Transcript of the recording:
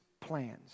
plans